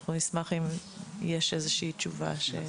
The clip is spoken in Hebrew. אנחנו נשמח אם יש איזושהי תשובה.